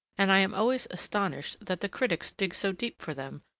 and i am always astonished that the critics dig so deep for them,